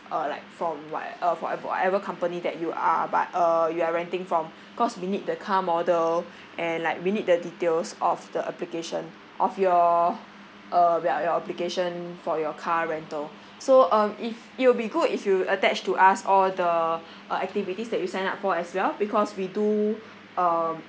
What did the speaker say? uh like from what uh from whatever whatever company that you are bu~ uh you are renting from cause we need the car model and like we need the details of the application of your uh ya your obligation for your car rental so um if it will be good if you attach to us all the uh activities that you signed up for as well because we do um